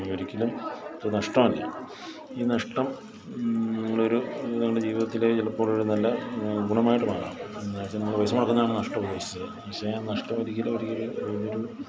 ഒരിക്കലും ഒരു നഷ്ടമല്ല ഈ നഷ്ടം നിങ്ങളൊരു നിങ്ങളുടെ ജീവിതത്തിലെ ചിലപ്പോളൊരു നല്ല ഗുണമായിട്ട് മാറാം എന്താണെന്നു വെച്ചാൽ നിങ്ങൾ പൈസ മുടക്കന്നുന്നതാണ് നഷ്ടം ഉദ്ദേശിച്ചത് പക്ഷെ ആ നഷ്ടം ഒരിക്കലും ഒരിക്കലും ഒരു